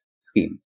scheme